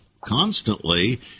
constantly